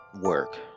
work